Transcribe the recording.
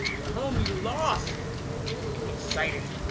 the home you lost i'm excited.